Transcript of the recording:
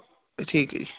ਠੀਕ ਹੈ ਜੀ